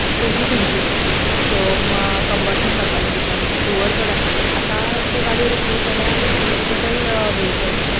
the heat engines so म combustion जातालें भितर धुंवर चड जातालो आता त्यो गाडयों रिप्लेस जाल्यात विथ इलॅक्ट्रिकल वेहिकल्स